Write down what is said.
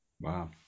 wow